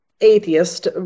atheist